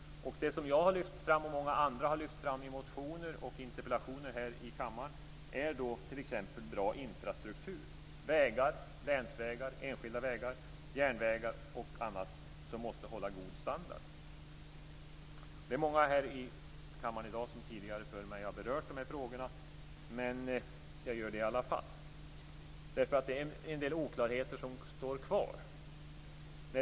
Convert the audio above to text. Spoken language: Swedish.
Det som jag och många andra har lyft fram i motioner och interpellationer här i kammaren, är t.ex. bra infrastruktur. Det handlar om vägar - länsvägar, enskilda vägar, järnvägar och annat - som måste hålla god standard. Det är många här i kammaren som tidigare i dag har berört de här frågorna. Men jag tar upp dem i alla fall. Det finns en del oklarheter som står kvar.